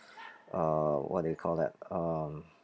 uh what do you call that um